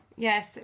Yes